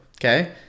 Okay